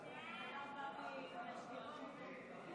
ההצעה להעביר את הצעת חוק לתיקון פקודת